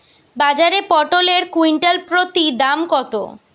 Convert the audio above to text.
বাজারে পটল এর কুইন্টাল প্রতি দাম কত?